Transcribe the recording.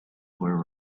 were